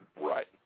Right